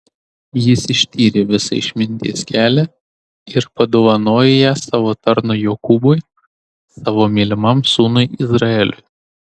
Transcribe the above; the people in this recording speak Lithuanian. jis ištyrė visą išminties kelią ir padovanojo ją savo tarnui jokūbui savo mylimam sūnui izraeliui